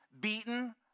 beaten